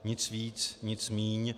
Nic víc, nic míň.